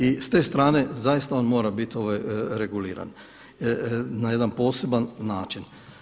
I s te strane zaista on mora biti reguliran na jedan poseban način.